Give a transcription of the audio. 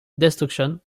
destruction